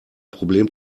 problem